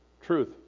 Truth